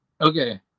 okay